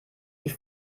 die